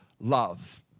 love